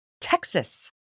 Texas